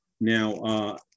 Now